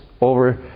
over